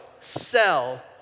sell